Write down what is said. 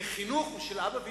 כי חינוך הוא של אבא ואמא.